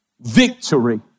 victory